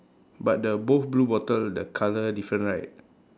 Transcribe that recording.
but the both blue bottle the colour different right